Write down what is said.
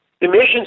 Emissions